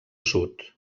sud